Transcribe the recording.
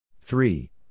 Three